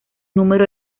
número